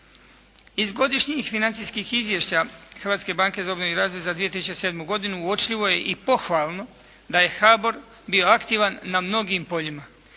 za obnovu i razvoj za 2007. godinu uočljivo je i pohvalno da je HABOR bio aktivan na mnogim poljima.